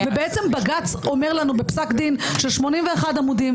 בעצם בג"ץ אומר לנו בפסק דין של 81 עמודים,